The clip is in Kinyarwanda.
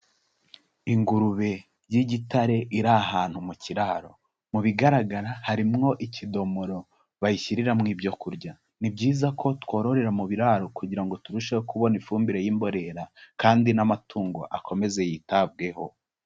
Ingurube y'igitare iri ahantu mu kiraro, mu bigaragara harimwo ikidomoro bayishyiriramo ibyo kurya. Ni byiza ko twororera mu biraro kugira turusheho kubona ifumbire y'imborera kandi n'amatungo akomeze yitabweho.